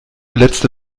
letzte